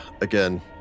again